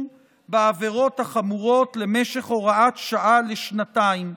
בעבירות החמורות בהוראת שעה למשך שנתיים.